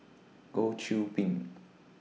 Goh Qiu Bin